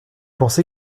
pensez